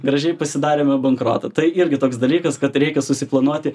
gražiai pasidarėme bankrotą tai irgi toks dalykas kad reikia susiplanuoti